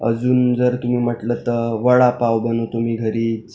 अजून जर तुम्ही म्हटलं तर वडापाव बनवतो मी घरीच